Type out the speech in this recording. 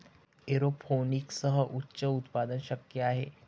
एरोपोनिक्ससह उच्च उत्पादन शक्य आहे